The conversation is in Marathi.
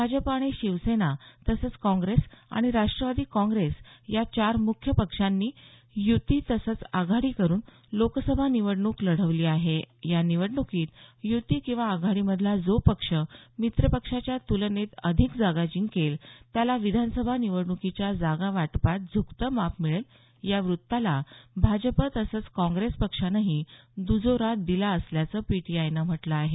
भाजप आणि शिवसेना तसंच काँग्रेस आणि राष्ट्रवादी काँग्रेस या चार मुख्य पक्षांनी युती तसंच आघाडी करून लोकसभा निवडणूक लढवली आहे या निवडणुकीत यूती किंवा आघाडीमधला जो पक्ष मित्रपक्षाच्या तुलनेत अधिक जागा जिंकेल त्याला विधानसभा निवडण्कीच्या जागा वाटपात झुकतं माप मिळेल या वृत्ताला भाजप तसंच काँग्रेस पक्षानंही दुजोरा दिला असल्याचं पीटीआयनं म्हटलं आहे